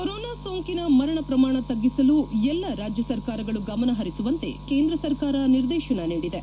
corona ಸೋಂಕಿನ ಮರಣ ಪ್ರಮಾಣ ತ್ಗಿಸಲು ಎಲ್ಲ ರಾಜ್ಯ ಸರ್ಕಾರಗಳು ಗಮನ ಪರಿಸುವಂತೆ ಕೇಂದ್ರ ಸರ್ಕಾರ ನಿರ್ದೇಶನ ನೀಡಿದೆ